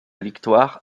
victoire